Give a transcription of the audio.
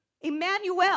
Emmanuel